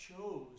chose